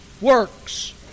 works